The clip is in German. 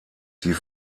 sie